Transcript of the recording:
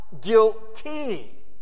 guilty